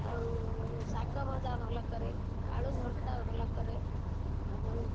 ଆଉ ଶାଗ ଭଜା ଭଲ କରେ ଆଳୁ ଭର୍ତ୍ତା ଭଲ କରେ ଆଉ ଯେଉଁ